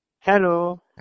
Hello